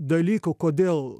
dalykų kodėl